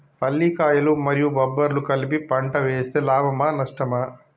పల్లికాయలు మరియు బబ్బర్లు కలిపి పంట వేస్తే లాభమా? నష్టమా?